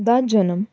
ਦਾ ਜਨਮ